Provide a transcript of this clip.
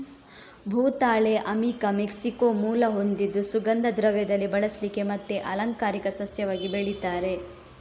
ಭೂತಾಳೆ ಅಮಿಕಾ ಮೆಕ್ಸಿಕೋ ಮೂಲ ಹೊಂದಿದ್ದು ಸುಗಂಧ ದ್ರವ್ಯದಲ್ಲಿ ಬಳಸ್ಲಿಕ್ಕೆ ಮತ್ತೆ ಅಲಂಕಾರಿಕ ಸಸ್ಯವಾಗಿ ಬೆಳೀತಾರೆ